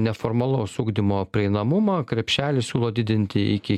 neformalaus ugdymo prieinamumą krepšelį siūlo didinti iki